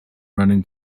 running